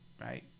right